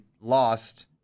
lost